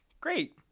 Great